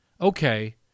Okay